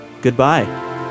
goodbye